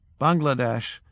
Bangladesh